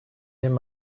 him